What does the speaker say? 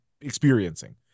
experiencing